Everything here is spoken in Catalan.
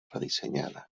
redissenyada